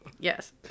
yes